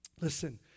Listen